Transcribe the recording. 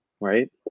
right